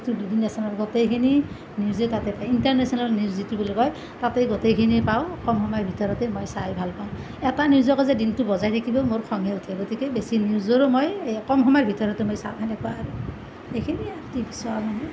D D নেশ্যনেলৰ গোটেইখিনি নিউজেই তাতে পায় ইণ্টাৰনেশ্যনেল নিউজ যিটো বুলি কয় তাতেই গোটেইখিনি পাওঁ কম সময়ৰ ভিতৰতে মই চাই ভাল পাওঁ এটা নিউজকে যে দিনটো বজাই থাকিব মোৰ খঙেই উঠে গতিকে বেছি নিউজৰো মই কম সময়ৰ ভিতৰতে মই চাওঁ সেনেকুৱা আৰু এইখিনিয়েই আৰু টিভি চোৱা মানে